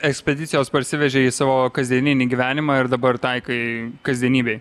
ekspedicijos parsivežei į savo kasdieninį gyvenimą ir dabar taikai kasdienybėj